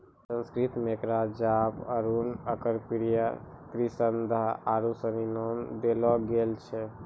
संस्कृत मे एकरा जपा अरुण अर्कप्रिया त्रिसंध्या आरु सनी नाम देलो गेल छै